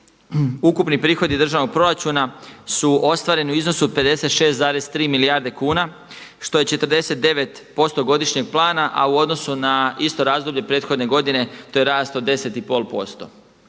ukupni prihodi državnog proračuna su ostvareni u iznosu od 56,3 milijarde kuna, što je 49% godišnjeg plana, a u odnosu na isto razdoblje prethodne godine to je rast od 10,5%,